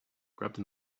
grabbed